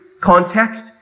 context